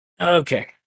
Okay